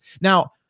Now